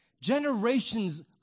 Generations